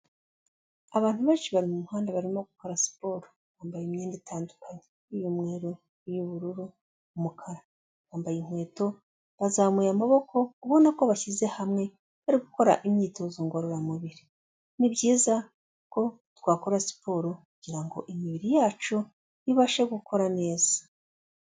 Abantu benshi bari mu muhanda barimo gukora siporo, bambaye imyenda itandukanye, iy'umweru, iy'ubururu, umukara, bambaye inkweto, bazamuye amaboko ubona ko bashyize hamwe bari gukora imyitozo ngororamubiri, ni byiza ko twakora siporo kugira ngo imibiri yacu ibashe gukora neza.